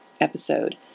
episode